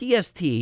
PST